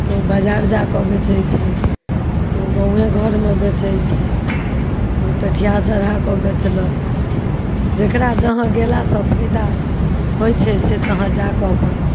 केओ बजार जा कऽ बेचैत छै केओ गाँवए घरमे बेचैत छै केओ पेठिया चढ़ा कऽ बेचलक जेकरा जहाँ गेलासँ फायदा होइत छै से तहाँ जाकऽ अपन